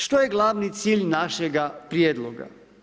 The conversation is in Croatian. Što je glavni cilj našega prijedloga?